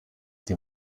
die